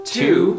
two